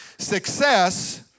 Success